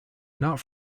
not